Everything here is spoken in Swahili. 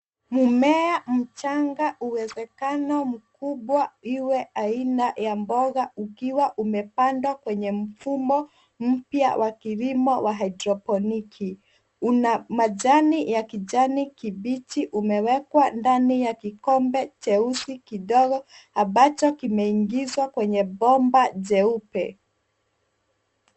Mmea mchanga uwezekano mkubwa iwe aina ya mboga ukiwa umepandwa kwenye mfuma mpya wa kilimo wa hidroponiki. Una majani ya kiani kibichi. Umewekwa ndani ya kikombe cheusi kidogo ambacho kimeingizwa kwenye bomba jeupe.